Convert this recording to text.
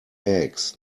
eggs